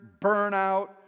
burnout